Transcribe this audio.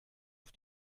auf